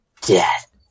Death